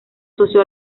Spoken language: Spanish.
socio